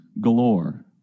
galore